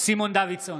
סימון דוידסון,